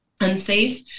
unsafe